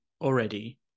already